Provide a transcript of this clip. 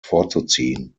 vorzuziehen